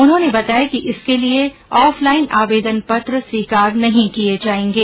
उन्होंने बताया कि इसके लिए ऑफलाइन आवेदन पत्र स्वीकार नहीं किये जाएंगे